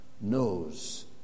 knows